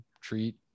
treat